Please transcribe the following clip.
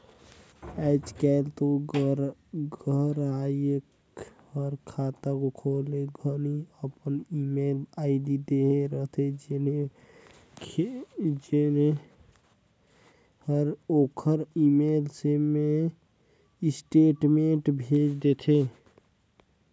आयज कायल तो गराहक हर खाता खोले घनी अपन ईमेल आईडी देहे रथे जेम्हें बेंक हर ओखर ईमेल मे स्टेटमेंट भेज देथे